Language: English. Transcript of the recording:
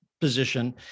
position